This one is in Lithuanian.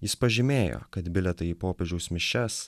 jis pažymėjo kad bilietai į popiežiaus mišias